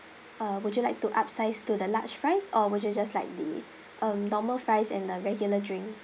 uh would you like to upsize to the large fries or would you just like the uh normal fries and a regular drink